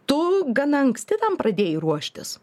tu gana anksti tam pradėjai ruoštis